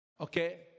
Okay